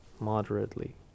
Moderately